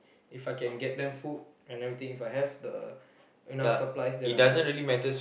If I can get them food and everything If I have the enough supplies then I do